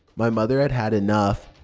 my mother had had enough.